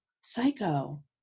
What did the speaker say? psycho